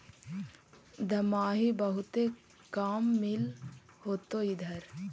दमाहि बहुते काम मिल होतो इधर?